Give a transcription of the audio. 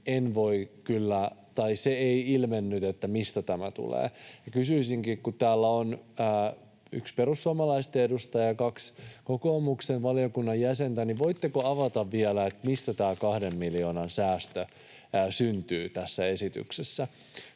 ei ilmennyt, mistä tämä tulee. Kysyisinkin, kun täällä on yksi perussuomalaisten edustaja ja kaksi kokoomuksen valiokunnan jäsentä: voitteko avata vielä, mistä tämä kahden miljoonan säästö syntyy tässä esityksessä?